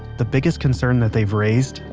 the biggest concern that they've raised,